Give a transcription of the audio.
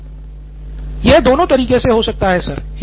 सिद्धार्थ मटूरी यह दोनों तरीके से हो सकता हैं सर